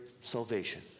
salvation